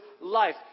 life